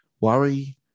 worry